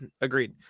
agreed